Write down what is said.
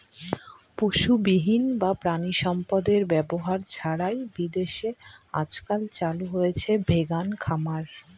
পশুবিহীন বা প্রানীসম্পদ এর ব্যবহার ছাড়াই বিদেশে আজকাল চালু হয়েছে ভেগান খামার